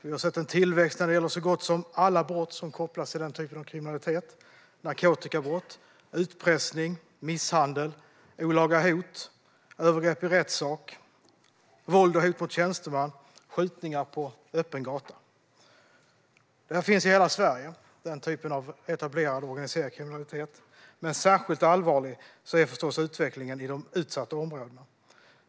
Vi har sett en tillväxt när det gäller så gott som alla brott som kopplas till den typen av kriminalitet: narkotikabrott, utpressning, misshandel, olaga hot, övergrepp i rättssak, våld och hot mot tjänsteman, skjutningar på öppen gata. Den här typen av etablerad organiserad kriminalitet finns i hela Sverige, men särskilt allvarlig är förstås utvecklingen i de utsatta områdena.